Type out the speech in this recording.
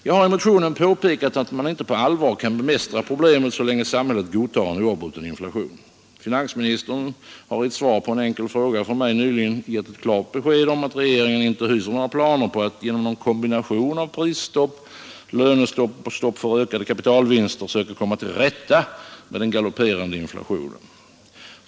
Jag har i motionen påpekat att man inte på allvar kan bemästra problemet så länge samhället godtar en oavbruten inflation. Finansministern har i ett svar på en enkel fråga av mig nyligen gett ett klart besked om att regeringen inte hyser några planer på att genom en kombination av prisstopp, lönestopp och stopp för ökade kapitalvinster söka komma till rätta med den galopperande inflationen.